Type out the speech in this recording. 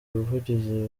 ubuvugizi